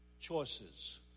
choices